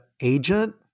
agent